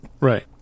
Right